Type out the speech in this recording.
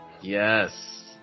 Yes